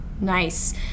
Nice